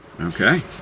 Okay